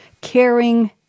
caring